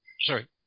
Sorry